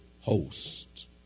host